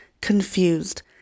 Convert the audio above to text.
confused